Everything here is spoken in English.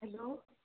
hello